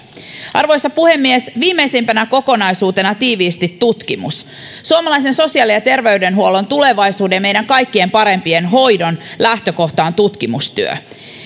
arvoisa puhemies viimeisimpänä kokonaisuutena tiiviisti tutkimus suomalaisen sosiaali ja terveydenhuollon tulevaisuuden meidän kaikkien paremman hoidon lähtökohta on tutkimustyö